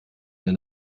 der